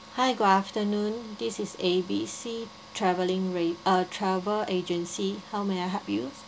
hi good afternoon this is A B C travelling re~ uh travel agency how may I help you